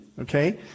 Okay